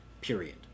period